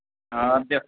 आं ते